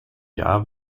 jahr